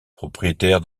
propriétaire